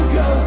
go